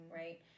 right